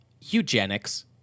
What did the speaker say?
eugenics